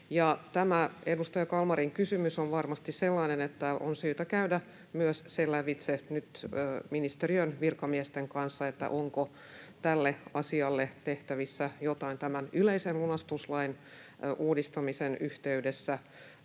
tämä edustaja Kalmarin kysymys on varmasti sellainen, että on syytä käydä lävitse ministeriön virkamiesten kanssa myös se, onko tälle asialle tehtävissä jotain tämän yleisen lunastuslain uudistamisen yhteydessä